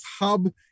hub